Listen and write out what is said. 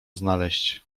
znaleźć